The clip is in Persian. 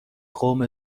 قوم